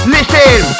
Listen